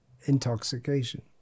intoxication